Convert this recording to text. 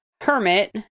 hermit